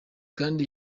kandi